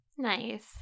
Nice